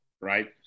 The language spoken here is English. Right